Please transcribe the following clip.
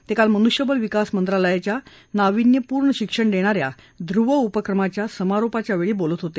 ते काल मनुष्यबळ विकास मंत्रालयाच्या नाविन्यपूर्ण शिक्षण देणाऱ्या धृव उपक्रमाच्या समारोप प्रसंगी बोलत होते